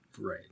Right